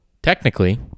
Technically